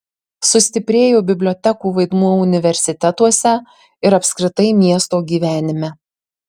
sustiprėjo bibliotekų vaidmuo universitetuose ir apskritai miesto gyvenime